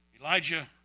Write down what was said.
Elijah